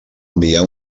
enviar